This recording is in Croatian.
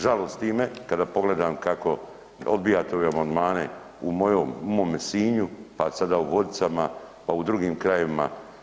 Žalosti me kada pogledam kako odbijate ove amandmane u mome Sinju, pa sada u Vodicama, pa u drugim krajevima.